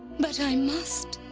but i must.